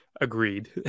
agreed